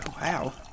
wow